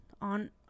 on